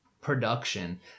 production